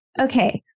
okay